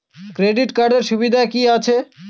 Credit কার্ডের সুবিধা কি আছে?